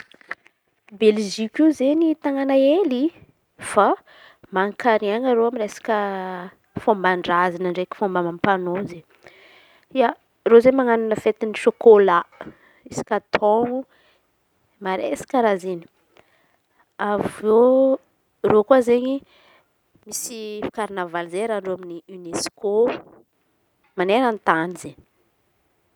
Belizika io izen̈y tanàna hely fa manakerana reo amy resaka fomban-drazana ndraiky fomba amam-panao izen̈y. Ia, reo izen̈y manan̈o resety sôkôla isaka taôno maresaka raha izen̈y. Avy eo reo koa izen̈y misy karnavaly zay hiaran'ireo amin'ny UNESCO maneran-tany izen̈y.